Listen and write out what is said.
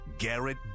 Garrett